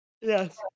Yes